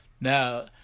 Now